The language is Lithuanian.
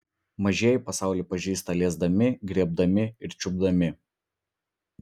mažieji pasaulį pažįsta liesdami griebdami ir čiupdami